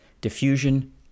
diffusion